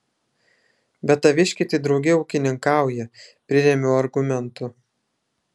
bet taviškiai tai drauge ūkininkauja prirėmiau argumentu